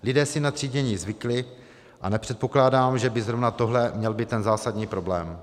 Lidé si na třídění zvykli a nepředpokládám, že by zrovna tohle měl být ten zásadní problém.